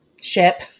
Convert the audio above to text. ship